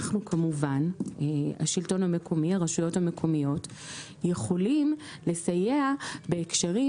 אנחנו ברשויות המקומיות יכולים לסייע בהקשרים